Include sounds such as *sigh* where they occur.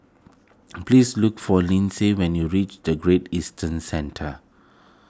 *noise* please look for Linsey when you reach the Great Eastern Centre